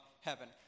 heaven